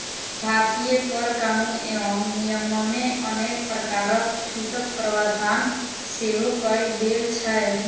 भारतीय कर कानून एवं नियममे अनेक प्रकारक छूटक प्रावधान सेहो कयल गेल छै